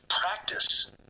practice